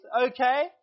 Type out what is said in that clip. Okay